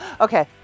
Okay